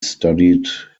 studied